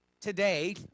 Today